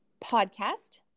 podcast